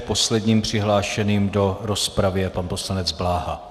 Posledním přihlášeným do rozpravy je pan poslanec Bláha.